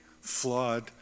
flawed